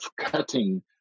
cutting